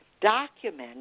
document